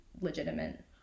legitimate